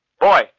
Boy